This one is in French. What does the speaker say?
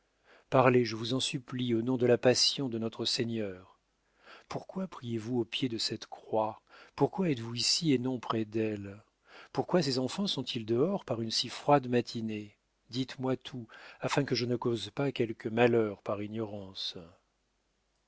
parlez je vous en supplie au nom de la passion de notre-seigneur pourquoi priez vous au pied de cette croix pourquoi êtes-vous ici et non près d'elle pourquoi ses enfants sont-ils dehors par une si froide matinée dites-moi tout afin que je ne cause pas quelque malheur par ignorance